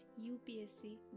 UPSC